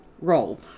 role